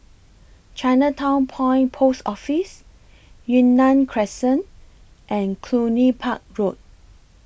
Chinatown Point Post Office Yunnan Crescent and Cluny Park Road